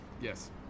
yes